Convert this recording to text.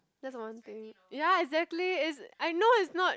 that's one thing ya exactly is I know it's not